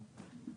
נכון.